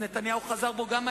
חבר הכנסת רותם,